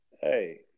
Hey